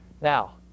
now